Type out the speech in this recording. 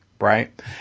Right